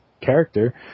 character